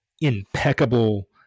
impeccable